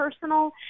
personal